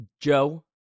joe